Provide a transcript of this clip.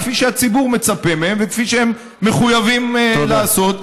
כפי שהציבור מצפה מהם וכפי שהם מחויבים לעשות,